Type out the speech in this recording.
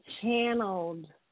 channeled